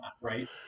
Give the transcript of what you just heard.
right